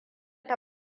ta